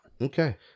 Okay